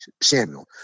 Samuel